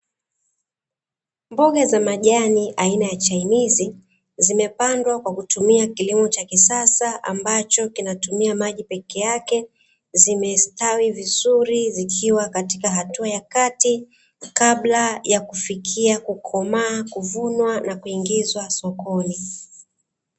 Mboga za majani aina ya chainizi zimepandwa kwa kutumia kilimo cha kisasa, ambacho kinatumia maji peke yake zimestawi vizuri zikiwa katika hatua ya kati, kabla ya kufikia kukomaa, kuvunwa na kuingizwa sokoni.